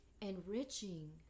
enriching